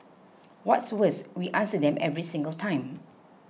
what's worse we answer them every single time